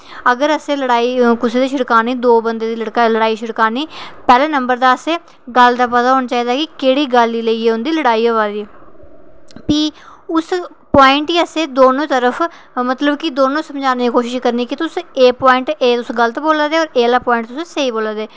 अगर लड़ाई असें कुसै दी छड़कानी दौ बंदें दी लड़ाई छड़कानी पैह्ले नंबर ते असें गल्ल दा पता होना चाहिदा कि केह्ड़ी गल्ल गी लेइयै उं'दी लड़ाई होआ दी भी उस प्वाइंट गी असें दोनों तरफ मतलब कि दोनें गी समझाने गी कोशिश करनी एह् प्वाइंट तुस गलत बोला दे ओ ते स्हेई बोला दे